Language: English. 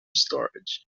storage